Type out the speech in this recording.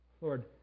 Lord